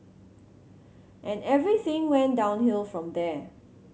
and everything went downhill from there